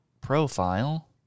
profile